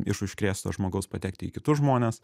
iš užkrėsto žmogaus patekti į kitus žmones